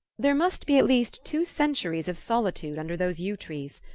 there must be at least two centuries of solitude under those yew-trees.